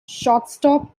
shortstop